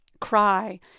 cry